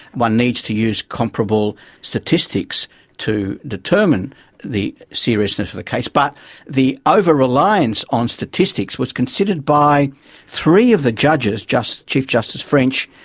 one needs to use comparable statistics to determine the seriousness of the case. but the overreliance on statistics was considered by three of the judges chief justice french,